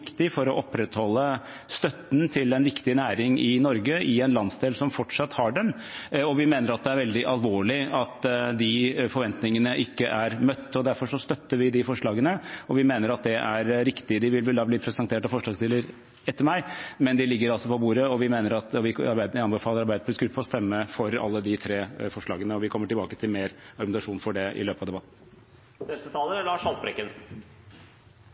for å opprettholde støtten til en viktig næring i Norge i en landsdel som fortsatt har den, og vi mener det er veldig alvorlig at forventningene ikke er møtt. Derfor støtter vi disse forslagene, og vi mener det er riktig. De vil bli presentert av forslagsstilleren etter meg, men de ligger altså på bordet, og jeg anbefaler Arbeiderpartiets gruppe å stemme for alle de tre forslagene. Vi kommer tilbake til mer argumentasjon for det i løpet av